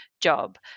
job